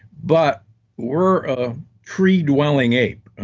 but we're a tree dwelling ape.